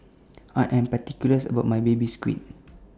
I Am particulars about My Baby Squid